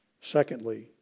Secondly